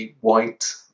white